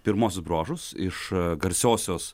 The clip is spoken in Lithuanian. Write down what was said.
pirmuosius bruožus iš garsiosios